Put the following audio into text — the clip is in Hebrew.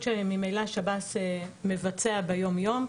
שממילא שירות בתי הסוהר מבצע ביום יום.